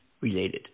related